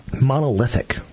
monolithic